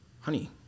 honey